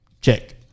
Check